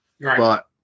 but-